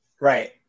Right